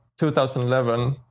2011